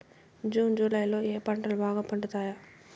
June July లో ఏ పంటలు బాగా పండుతాయా?